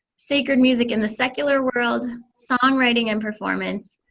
sacred music in the secular world, songwriting and performance,